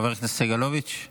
חבר הכנסת סגלוביץ',